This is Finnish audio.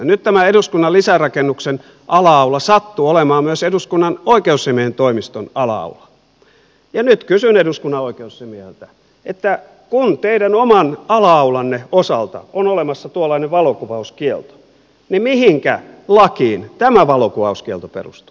nyt tämän eduskunnan lisärakennuksen ala aula sattuu olemaan myös eduskunnan oikeusasiamiehen toimiston ala aula ja nyt kysyn eduskunnan oikeusasiamieheltä kun teidän oman ala aulanne osalta on olemassa tuollainen valokuvauskielto mihinkä lakiin tämä valokuvauskielto perustuu